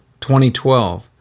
2012